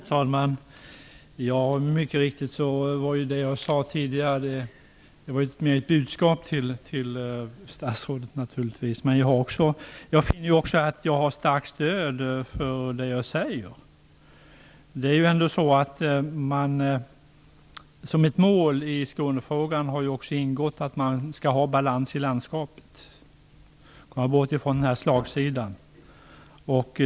Fru talman! Mycket riktigt var det jag sade tidigare ett budskap till statsrådet, men jag finner också att jag har starkt stöd för det jag säger. Som ett mål i Skånefrågan har också ingått att man skall ha balans i landskapet, komma bort från den slagsida som finns.